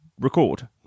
Record